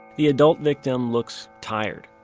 the adult victim looks tired.